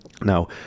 Now